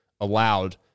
allowed